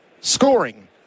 scoring